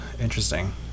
Interesting